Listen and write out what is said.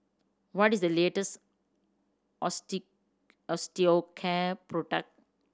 what is the latest Osteocare product